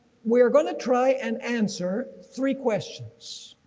we are going to try and answer three questions.